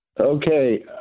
Okay